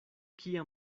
kia